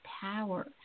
power